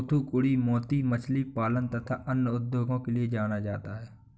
थूथूकुड़ी मोती मछली पालन तथा अन्य उद्योगों के लिए जाना जाता है